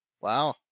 Wow